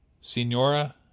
Signora